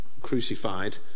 crucified